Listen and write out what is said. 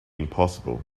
impossible